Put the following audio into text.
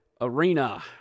Arena